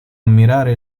ammirare